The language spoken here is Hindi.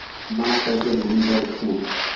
बांस कैसे भूमि पर उगते हैं?